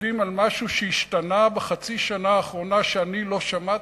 יודעים על משהו שהשתנה בחצי השנה האחרונה שאני לא שמעתי?